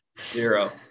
Zero